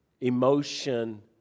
emotion